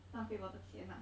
浪费我的钱啊